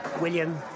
William